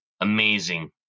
amazing